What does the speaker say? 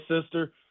sister